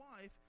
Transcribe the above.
wife